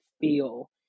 feel